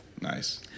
Nice